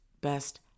best